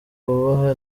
bubaha